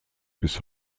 bis